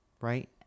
right